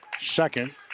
second